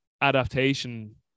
adaptation